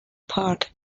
park